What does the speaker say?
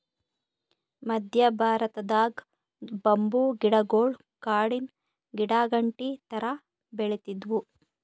ಮದ್ಯ ಭಾರತದಾಗ್ ಬಂಬೂ ಗಿಡಗೊಳ್ ಕಾಡಿನ್ ಗಿಡಾಗಂಟಿ ಥರಾ ಬೆಳಿತ್ತಿದ್ವು